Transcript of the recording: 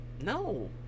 no